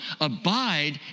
abide